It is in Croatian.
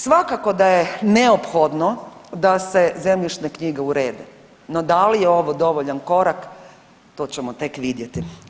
Svakako da je neophodno da se zemljišne knjige urede, no da li je ovo dovoljan korak to ćemo tek vidjeti.